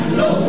no